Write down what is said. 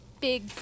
big